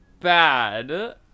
bad